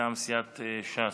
מטעם סיעת ש"ס,